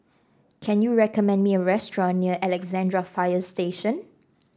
can you recommend me a restaurant near Alexandra Fire Station